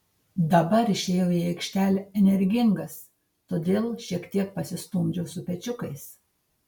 dabar išėjau į aikštelę energingas todėl šiek tiek pasistumdžiau su pečiukais